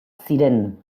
ziren